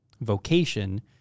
vocation